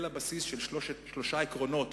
אלא בסיס של שלושה עקרונות